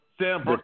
Sam